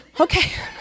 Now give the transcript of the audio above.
okay